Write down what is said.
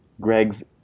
Greg's